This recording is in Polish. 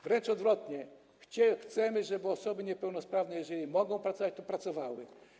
Wręcz odwrotnie, chcemy, żeby osoby niepełnosprawne, jeżeli mogą pracować, pracowały.